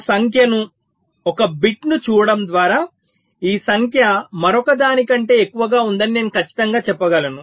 ఒక సంఖ్యను ఒక బిట్ను చూడటం ద్వారా ఈ సంఖ్య మరొకదాని కంటే ఎక్కువగా ఉందని నేను ఖచ్చితంగా చెప్పగలను